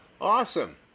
Awesome